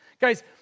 Guys